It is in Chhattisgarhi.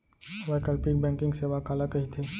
वैकल्पिक बैंकिंग सेवा काला कहिथे?